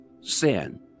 sin